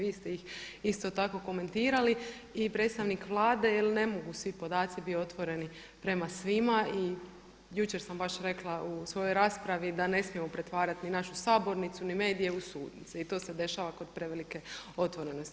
Vi ste ih isto tako komentirali i predstavnik Vlade jer ne mogu svi podaci biti otvoreni prema svima i jučer sam baš rekla u svojoj raspravi da ne smijemo pretvarati niti našu sabornicu, niti medije u sudnice i to se dešava kod prevelike otvorenosti.